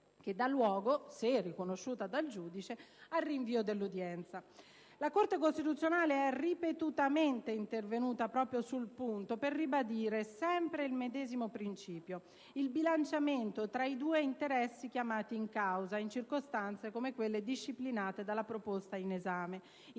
che dà luogo, se riconosciuta dal giudice, al rinvio dell'udienza. La Corte costituzionale è ripetutamente intervenuta proprio sul punto, per ribadire sempre il medesimo principio: il bilanciamento tra i due interessi chiamati in causa in circostanze come quelle disciplinate dalla proposta in esame